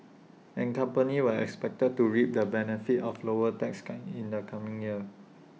and companies were expected to reap the benefits of lower taxes guy in the coming year